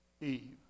Eve